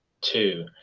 two